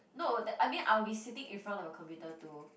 no that I mean I'll be sitting in front of the computer too